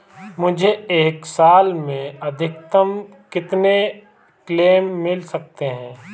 मुझे एक साल में अधिकतम कितने क्लेम मिल सकते हैं?